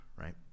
right